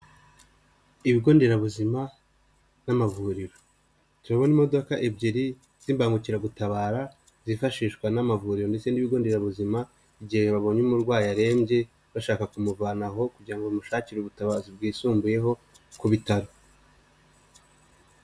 Ibigo nderabuzima n'amavuriro turabona imodoka ebyiri z'imbangukiragutabara, zifashishwa n'amavuriro ndetse n'ibigo nderabuzima igihe babonye umurwayi arembye bashaka kumuvanaho kugira ngo bamushakire ubutabazi bwisumbuyeho ku bitaro.